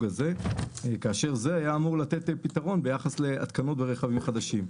הזה כאשר זה היה אמור לתת פתרון ביחס להתקנות ברכבים חדשים.